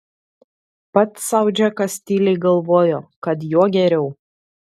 pats sau džekas tyliai galvojo kad juo geriau